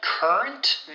Current